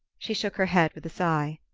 she shook her head with a sigh.